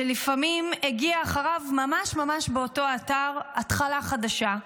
שלפעמים הגיעה אחריו ממש ממש באותו אתר התחלה חדשה.